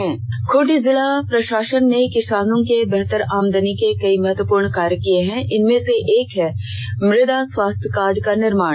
Khunti special story Khunti जिला प्रशासन ने किसानों की बेहतर आमदनी के लिए कई महत्वपूर्ण कार्य किए हैं इनमें से एक है मृदा स्वास्थ्य कार्ड का निर्माण